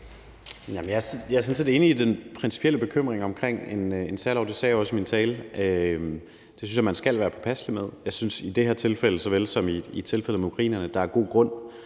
Jeg er sådan set enig i den principielle bekymring omkring en særlov. Det sagde jeg også i min tale. Det synes jeg man skal være påpasselig med. Jeg synes i det her tilfælde såvel som i tilfældet med ukrainerne, at der er god grund